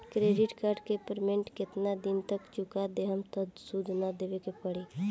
Credit card के payment केतना दिन तक चुका देहम त सूद ना देवे के पड़ी?